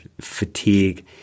fatigue